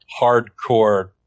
hardcore